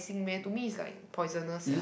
~cing meh to me is like poisonous sia